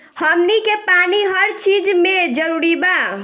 हमनी के पानी हर चिज मे जरूरी बा